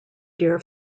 dear